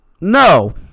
No